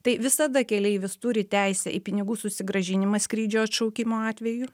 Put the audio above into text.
tai visada keleivis turi teisę į pinigų susigrąžinimą skrydžio atšaukimo atveju